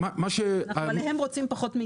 מה שאומרים לנו סעיפים (2)